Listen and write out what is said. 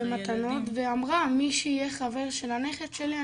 ומתנות ואמרה מי שיהיה חבר של הנכד שלי,